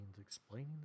explaining